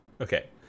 okay